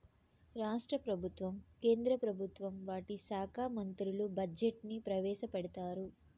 రాష్ట్ర ప్రభుత్వం కేంద్ర ప్రభుత్వం వాటి శాఖా మంత్రులు బడ్జెట్ ని ప్రవేశపెడతారు